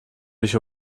mich